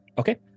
Okay